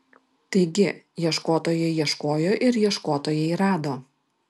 taigi ieškotojai ieškojo ir ieškotojai rado